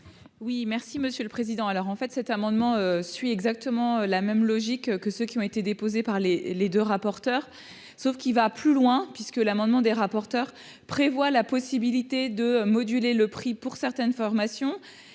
Oui, merci Monsieur le Président, alors en fait cet amendement suit exactement la même logique que ceux qui ont été déposés par les les 2 rapporteurs, sauf qu'il va plus loin puisque l'amendement des rapporteurs prévoient la possibilité de moduler le prix pour certaines formations